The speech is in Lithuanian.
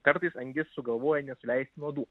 kartais angis sugalvoja nesuleisti nuodų